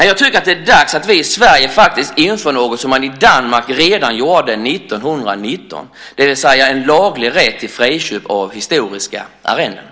Jag tycker att det är dags att vi i Sverige faktiskt inför något som man i Danmark gjorde redan 1919, det vill säga en laglig rätt till friköp av historiska arrenden.